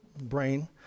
brain